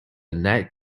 net